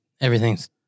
everything's